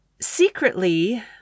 Secretly